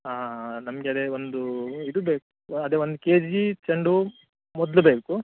ಹಾಂ ಹಾಂ ಹಾಂ ನಮಗೆ ಅದೆ ಒಂದು ಇದು ಬೇಕು ಅದೆ ಒನ್ ಕೆ ಜೀ ಚೆಂಡು ಹೂ ಮೊದಲು ಬೇಕು